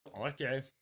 Okay